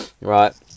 right